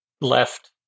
left